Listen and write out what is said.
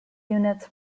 units